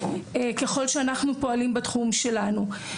ככל שאנחנו פועלים בתחום שלנו.